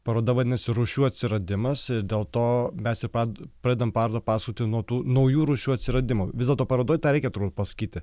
paroda vadinasi rūšių atsiradimas ir dėl to mes jau pradedam parodą pasakoti nuo tų naujų rūšių atsiradimo vis dėlto parodoj tą reikėtų pasakyti